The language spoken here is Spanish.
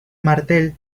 martel